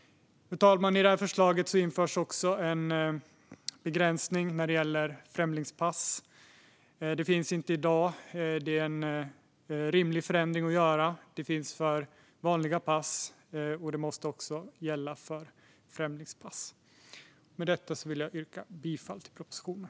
Fru talman! I förslaget införs också en begränsning när det gäller främlingspass. Det finns inte i dag, och det är en rimlig förändring att göra. Det finns för vanliga pass, och det måste också gälla för främlingspass. Med detta vill jag yrka bifall till propositionen.